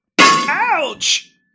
Ouch